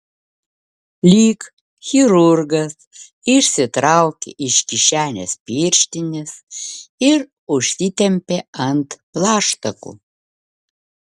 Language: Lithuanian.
lyg chirurgas išsitraukė iš kišenės pirštines ir užsitempė ant plaštakų